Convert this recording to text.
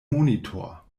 monitor